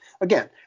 Again